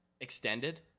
extended